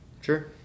Sure